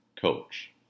coach